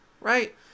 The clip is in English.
right